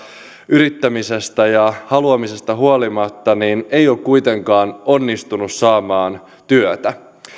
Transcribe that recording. yrittämisistä ja haluamisista huolimatta he eivät ole kuitenkaan onnistuneet saamaan työtä